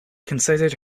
considered